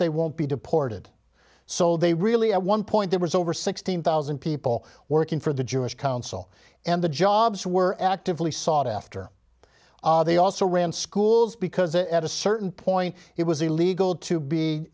they won't be deported so they really at one point there was over sixteen thousand people working for the jewish council and the jobs were actively sought after they also ran schools because ed a certain point it was illegal to be